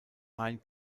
ian